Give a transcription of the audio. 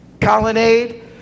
Colonnade